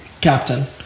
captain